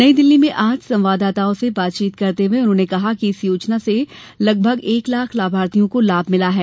नई दिल्ली में आज संवाददाताओं से बातचीत करते हुए उन्होंने कहा कि इस योजना से लगभग एक लाख लाभार्थियों को लाभ मिला है